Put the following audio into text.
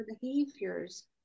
behaviors